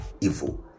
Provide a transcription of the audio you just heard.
evil